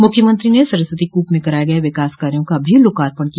मुख्यमंत्री ने सरस्वती कूप में कराये गये विकास कार्यो का भी लोकार्पण किया